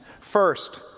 First